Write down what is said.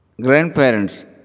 Grandparents